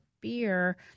beer